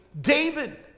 David